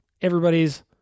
everybody's